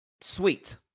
sweet